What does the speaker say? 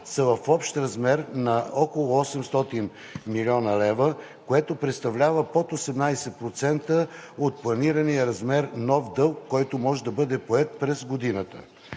са в общ размер на около 800 млн. лв., което представлява под 18% от планирания размер „нов дълг“, който може да бъде поет през годината.